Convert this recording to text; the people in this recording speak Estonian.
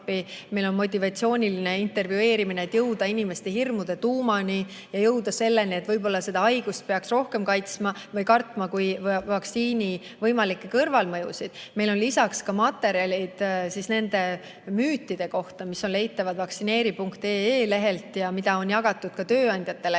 Meil on motivatsiooniline intervjueerimine, et jõuda inimeste hirmude tuumani ja jõuda selleni, et seda haigust peaks rohkem kartma kui vaktsiini võimalikke kõrvalmõjusid. Meil on lisaks materjalid nende müütide kohta, mis on leitavad vaktsineeri.ee lehelt, ja materjale on jagatud ka tööandjatele,